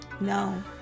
No